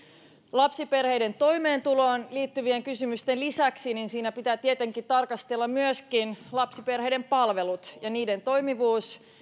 lapsiperheiden toimeentuloon liittyvien kysymysten lisäksi pitää tietenkin tarkastella myöskin lapsiperheiden palveluita ja niiden toimivuutta